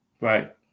Right